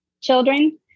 children